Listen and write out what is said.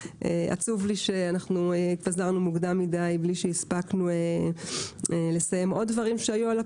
עצוב לי שהתפזרנו מוקדם מדי בלי שהספקנו לסיים עוד דברים שהיו על הפרק.